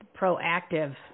proactive